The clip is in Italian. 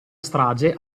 strage